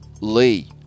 Lee